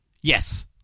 Yes